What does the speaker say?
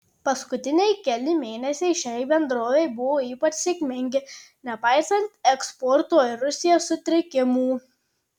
paskutiniai keli mėnesiai šiai bendrovei buvo ypač sėkmingi nepaisant eksporto į rusiją sutrikimų